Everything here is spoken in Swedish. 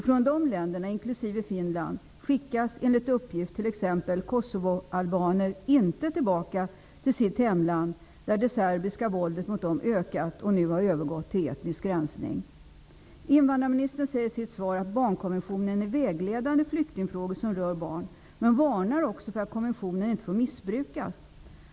Från de länderna, inklusive Finland skickas, enligt uppgift, t.ex. kosovoalbaner inte tillbaka till sitt hemland där det serbiska våldet mot dem ökat och har övergått till etnisk rensning. Invandrarministern säger i sitt svar att barnkonventionen är vägledande i flyktingfrågor som rör barn. Men hon varnar också för att konventionen inte får missbrukas.